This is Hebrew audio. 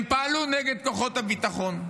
הם פעלו נגד כוחות הביטחון.